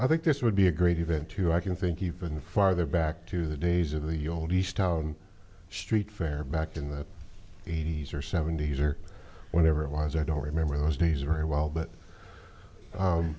i think this would be a great event to i can think even farther back to the days of the old street fair back in the eighty's or seventy's or whenever it was i don't remember those days are very well but